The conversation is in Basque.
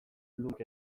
lumak